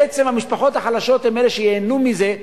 בעצם המשפחות החלשות הן שייהנו מזה,